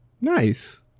Nice